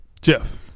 Jeff